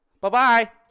Bye-bye